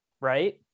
right